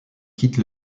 quitte